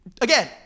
again